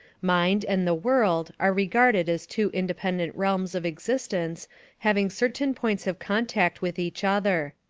mind and the world are regarded as two independent realms of existence having certain points of contact with each other.